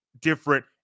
different